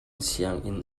sianginn